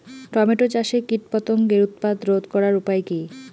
Tomato চাষে কীটপতঙ্গের উৎপাত রোধ করার উপায় কী?